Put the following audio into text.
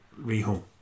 rehome